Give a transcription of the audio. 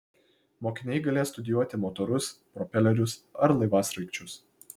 mokiniai galės studijuoti motorus propelerius ar laivasraigčius